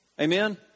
Amen